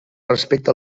respecta